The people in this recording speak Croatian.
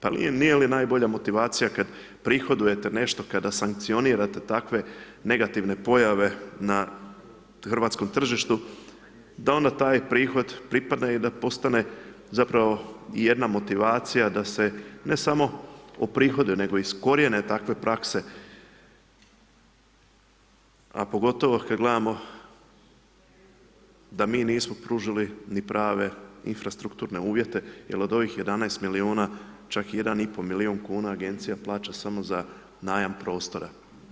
Pa nije li najbolja motivacija, kada prihodujete nešto, kada sankcionirate takve negativne pojave na hrvatskom tržištu, da onda taj prihod pripada i da postane zapravo i jedna motivacija da se ne samo prihoduje, nego iskrojene takve prakse a pogotovo kada gledamo da mi nismo pružili ni prave infrastrukturne uvjete jer ovih 11 milijuna, čak 1,5 milijun kuna, agencija plaća samo za najam prostora.